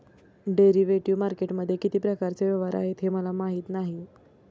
derivative मार्केटमध्ये किती प्रकारचे व्यवहार आहेत हे मला माहीत नाही